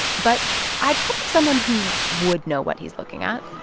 but i'd called up someone who would know what he's looking at